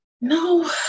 No